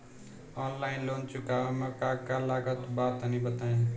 Online loan चुकावे म का का लागत बा तनि बताई?